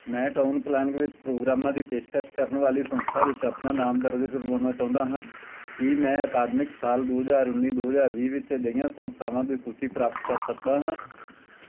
ਮੈਂ town planning ਵਿੱਚ ਪ੍ਰੋਗਰਾਮਾਂ ਦੀ ਪੇਸ਼ਕਸ਼ ਕਰਨ ਵਾਲੀ ਸੰਸਥਾ ਵਿੱਚ ਆਪਣਾ ਨਾਮ ਦਰਜ ਕਰਵਾਉਣਾ ਚਾਹੁੰਦਾ ਹਾਂ ਕੀ ਮੈਂ ਅਕਾਦਮਿਕ ਸਾਲ ਦੋ ਹਜ਼ਾਰ ਉੱਨੀ ਦੋ ਹਜ਼ਾਰ ਵੀਹ ਵਿੱਚ ਅਜਿਹੀਆਂ ਸੰਸਥਾਵਾਂ ਦੀ ਸੂਚੀ ਪ੍ਰਾਪਤ ਕਰ ਸਕਦਾ ਹਾਂ